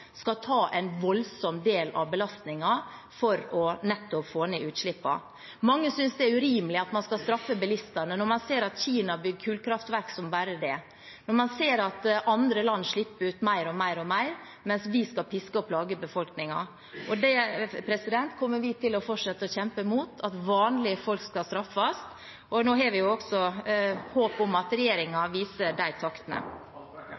skal ta en voldsom del av belastningen for å få ned utslippene. Mange synes det er urimelig at man skal straffe bilistene når man ser at Kina bygger kullkraftverk som bare det, når man ser at andre land slipper ut mer og mer, mens vi skal piske og plage befolkningen. Vi kommer til å fortsette å kjempe imot at vanlige folk skal straffes. Nå har vi også håp om at